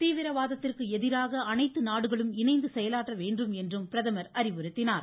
தீவிரவாதத்திற்கு எதிராக அனைத்து நாடுகளும் இணைந்து செயலாற்ற வேண்டும் என்றும் பிரதமர் அறிவுறுத்தினார்